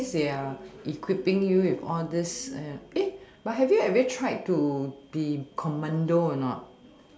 since they are equipping you with all these but have you ever tried be the commando or not